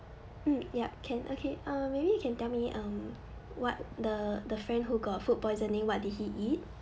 mm yup can okay uh maybe you can tell me um what the the friend who got food poisoning what did he eat